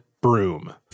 broom